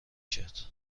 کرد